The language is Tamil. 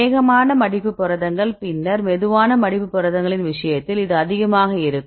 வேகமான மடிப்பு புரதங்கள் பின்னர் மெதுவான மடிப்பு புரதங்களின் விஷயத்தில் இது அதிகமாக இருக்கும்